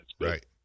Right